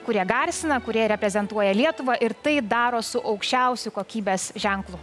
kurie garsina kurie reprezentuoja lietuvą ir tai daro su aukščiausiu kokybės ženklu